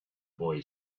boy